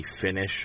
finish